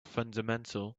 fundamental